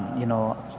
you know,